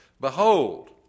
behold